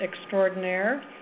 extraordinaire